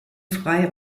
frei